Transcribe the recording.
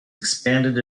expanded